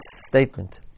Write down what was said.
statement